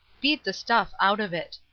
beat the stuff out of it.